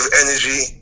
energy